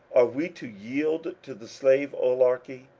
are we to yield to the slave oligarchy?